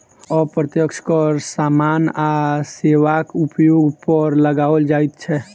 अप्रत्यक्ष कर सामान आ सेवाक उपयोग पर लगाओल जाइत छै